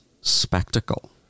spectacle